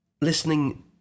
listening